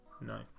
no